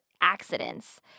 Accidents